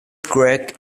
creek